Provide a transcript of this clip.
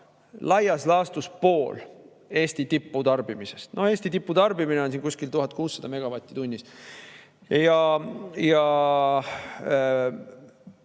laias laastus poole Eesti tiputarbimisest. Eesti tiputarbimine on kuskil 1600 megavatti tunnis. Mina